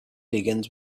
begins